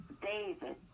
David